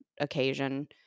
occasion